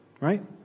right